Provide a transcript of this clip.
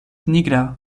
nigra